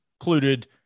included